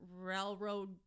railroad